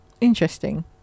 Interesting